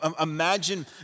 imagine